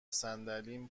صندلیم